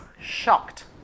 shocked